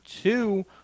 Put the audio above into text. two